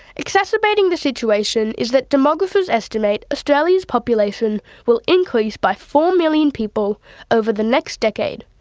exacerbating the situation is that demographers estimate australia's population will increase by four million people over the next decade,